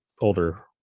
older